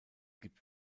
gibt